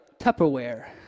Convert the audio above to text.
Tupperware